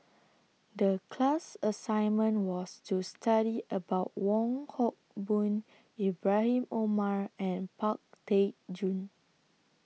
The class assignment was to study about Wong Hock Boon Ibrahim Omar and Pang Teck Joon